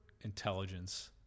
intelligence